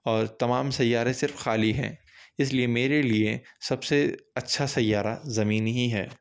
اور تمام سیارے صرف خالی ہیں اس لئے میرے لئے سب سے اچھا سیارہ زمین ہی ہے